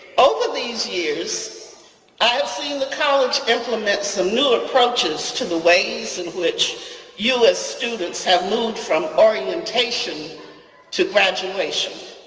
over these years i've seen the college implement some new approaches to the ways in which you as students have moved from orientation to graduation